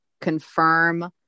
confirm